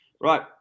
right